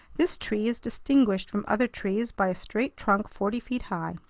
this tree is distinguished from other trees by a straight trunk forty feet high.